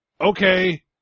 okay